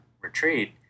retreat